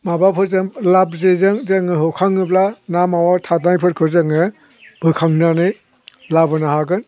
माबाफोरजों लाब जेजों जोङो हखाङोब्ला ना मावा थाबोनायफोरखौ जोङो बोखांनानै लाबोनो हागोन